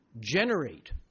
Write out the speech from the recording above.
generate